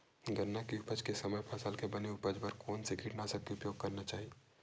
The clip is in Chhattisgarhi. गन्ना के उपज के समय फसल के बने उपज बर कोन से कीटनाशक के उपयोग करना चाहि?